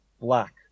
black